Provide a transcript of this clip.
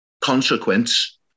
consequence